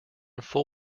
full